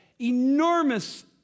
enormous